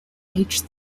age